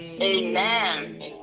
Amen